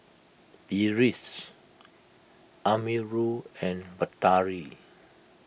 Deris Amirul and Batari